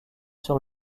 sur